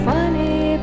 Funny